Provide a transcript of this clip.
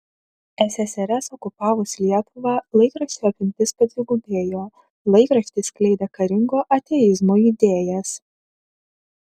ssrs okupavus lietuvą laikraščio apimtis padvigubėjo laikraštis skleidė karingo ateizmo idėjas